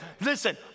Listen